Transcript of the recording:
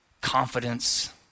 confidence